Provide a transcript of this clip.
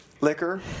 liquor